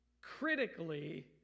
critically